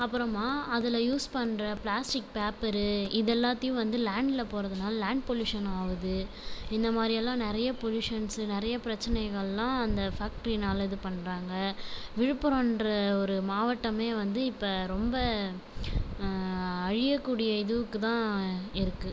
அப்புறமா அதில் யூஸ் பண்ணுற பிளாஸ்டிக் பேப்பரு இது எல்லாத்தையும் வந்து லேண்ட்டில் போடுகிறதுனால லேண்ட் பொலியூஷன் ஆகுது இந்தமாதிரிலாம் நிறைய பொலியூஷன்சு நிறைய பிரச்சினைகள்லாம் அந்த ஃபேக்ட்ரினால் இது பண்ணுறாங்க விழுப்புரம்ன்ற ஒரு மாவட்டமே வந்து இப்போ ரொம்ப அழியக்கூடிய இதுவுக்குதான் இருக்குது